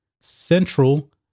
Central